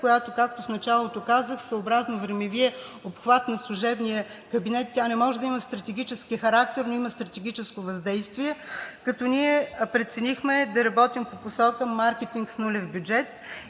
която, както в началото казах, съобразно времевия обхват на служебния кабинет не може да има стратегически характер, но има стратегическо въздействие, като ние преценихме да работим по посока маркетинг с нулев бюджет.